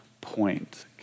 point